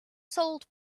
sold